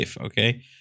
Okay